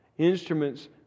instruments